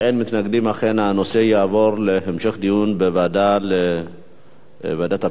אכן הנושא יעבור להמשך דיון בוועדת הפנים והגנת הסביבה.